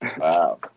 Wow